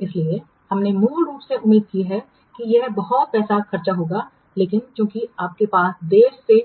इसलिए हमने मूल रूप से उम्मीद की है कि यह बहुत पैसा खर्च होगा लेकिन चूंकि आपके पास देर से